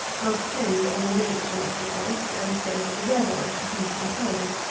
must depend on the nature of the place and state of the weather as to heat and cold.